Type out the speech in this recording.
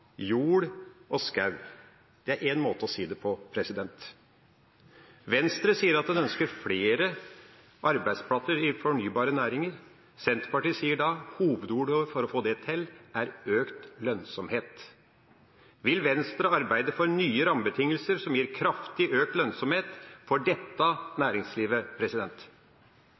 jord og skog. Det er én måte å si det på. Venstre sier at de ønsker flere arbeidsplasser innen fornybare næringer. Senterpartiet sier da: Hovedordet for å få det til er økt lønnsomhet. Vil Venstre arbeide for nye rammebetingelser som gir kraftig økt lønnsomhet for dette næringslivet?